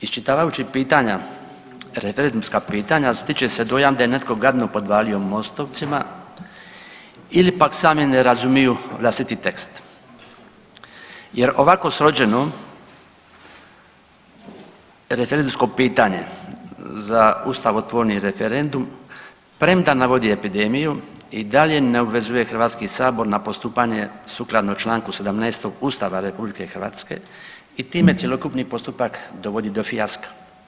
Iščitavajući pitanja, referendumska pitanja, stiče se dojam da je netko gadno podvalio mostovcima ili pak sami ne razumiju vlastiti tekst jer, ako sročeno referendumsko pitanje za ustavotvorni referendum, premda navodi epidemiju i dalje ne obvezuje HS na postupanje sukladno čl. 17 Ustava RH i time cjelokupni postupak dovodi do fijaska.